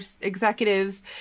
executives